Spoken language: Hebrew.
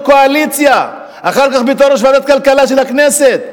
קואליציה ואחר כך בתור יושב-ראש ועדת הכלכלה של הכנסת.